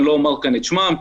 אני לא אומר כאן את שמן,